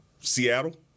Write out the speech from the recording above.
Seattle